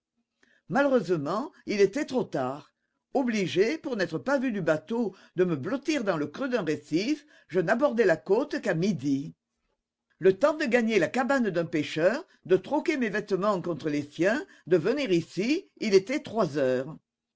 malheureusement il était trop tard obligé pour n'être pas vu du bateau de me blottir dans le creux d'un récif je n'abordai la côte qu'à midi le temps de gagner la cabane d'un pêcheur de troquer mes vêtements contre les siens de venir ici il était trois heures